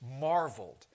marveled